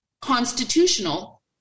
constitutional